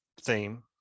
theme